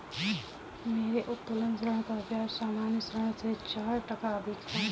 मेरे उत्तोलन ऋण का ब्याज सामान्य ऋण से चार टका अधिक है